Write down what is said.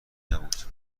نبود